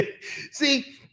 See